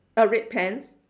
uh red pants